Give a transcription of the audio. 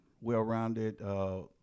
well-rounded